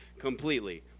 completely